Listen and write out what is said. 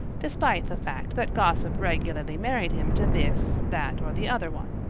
despite the fact that gossip regularly married him to this, that, or the other one,